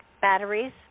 batteries